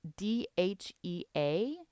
DHEA